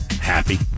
happy